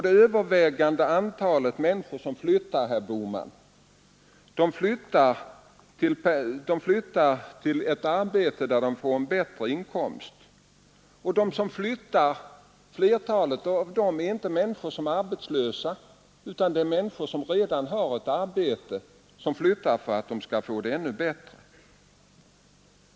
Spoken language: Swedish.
Det övervägande antalet människor som flyttar, herr Bohman, flyttar till ett arbete där de får en bättre inkomst. Flertalet av dem som flyttar är inte arbetslösa, utan det är människor som redan har ett arbete och som flyttar för att de skall få ett ännu bättre.